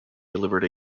delivered